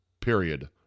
period